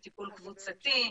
בטיפול קבוצתי,